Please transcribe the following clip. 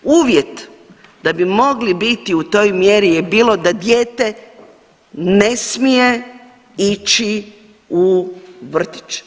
Uvjet da bi mogli biti u toj mjeri je bilo da dijete ne smije ići u vrtić.